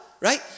Right